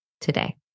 today